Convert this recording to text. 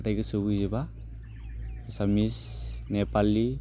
नाथाय गोसोआव गैजोबा एसामिस नेपाली